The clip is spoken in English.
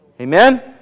Amen